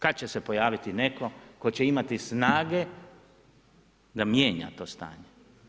Kad će se pojaviti netko tko će imati snage da mijenja to stanje?